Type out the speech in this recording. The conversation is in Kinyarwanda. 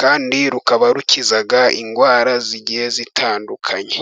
kandi rukaba rukiza indwara zigiye zitandukanye.